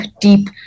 deep